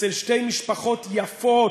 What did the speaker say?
אצל שתי משפחות יפות,